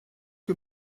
que